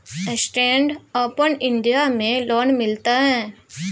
Stand अपन India में loan मिलते?